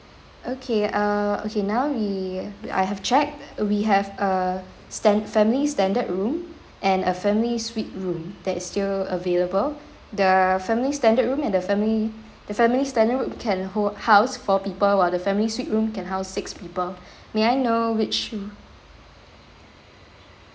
okay err okay now we I have checked we have a stan~ family standard room and a family suite room that is still available the family standard room and the family the family standard roo~ can hold house four people while the family suite room can house six people may I know which you